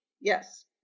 Yes